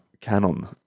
canon